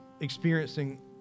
experiencing